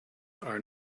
are